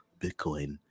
Bitcoin